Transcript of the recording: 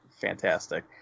fantastic